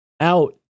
out